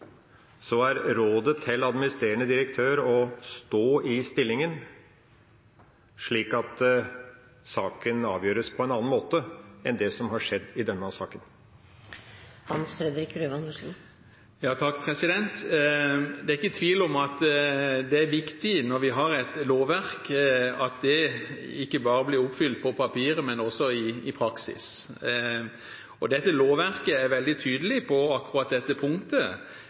så er rådet til styreleder å stå i vervet og rådet til administrerende direktør å stå i stillinga, slik at saken avgjøres på en annen måte enn det som har skjedd i denne saken? Det er ikke tvil om at når vi har et lovverk, er det viktig at det ikke bare blir oppfylt på papiret, men også i praksis, og dette lovverket er veldig tydelig på akkurat dette punktet,